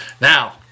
Now